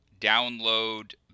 download